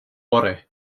more